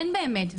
אין באמת.